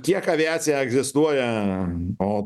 kiek aviacija egzistuoja o